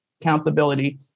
accountability